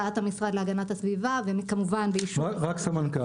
דעת המשרד להגנת הסביבה וכמובן באישור --- מצוין,